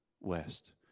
west